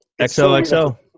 XOXO